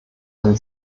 ein